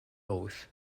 oath